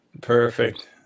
Perfect